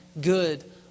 good